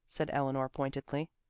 said eleanor pointedly.